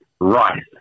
right